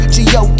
Gio